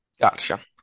gotcha